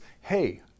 hey